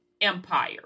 Empire